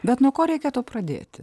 bet nuo ko reikėtų pradėti